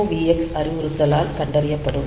MOVX அறிவுறுத்தலால் கண்டறியப்படும்